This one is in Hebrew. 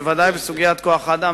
בוודאי בסוגיית כוח-האדם,